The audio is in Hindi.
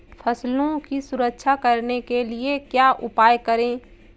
फसलों की सुरक्षा करने के लिए क्या उपाय करें?